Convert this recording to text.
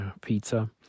pizza